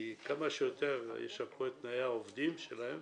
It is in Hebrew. כי כמה שיותר ישפרו את תנאי העובדים שלהם,